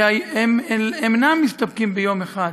שהם אינם מסתפקים ביום אחד,